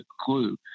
clue